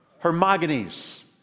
Hermogenes